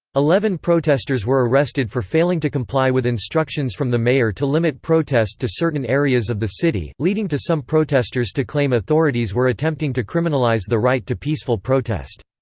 eleven protesters were arrested for failing to comply with instructions from the mayor to limit protest to certain areas of the city, leading to some protesters to claim authorities were attempting to criminalize the right to peaceful protest.